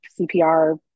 cpr